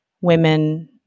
women